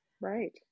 Right